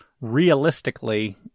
realistically